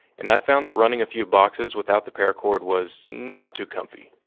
and i found that running a few boxes without the paracord was not too comfy.